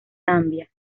zambia